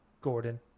Gordon